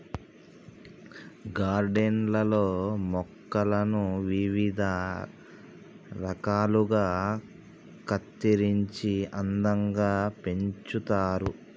garden లల్లో మొక్కలను వివిధ రకాలుగా కత్తిరించి అందంగా పెంచుతారు